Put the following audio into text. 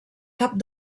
cap